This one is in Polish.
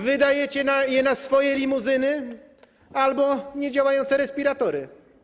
Wydajecie je na swoje limuzyny albo niedziałające respiratory.